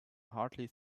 hardly